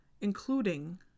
including